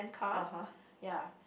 (uh huh)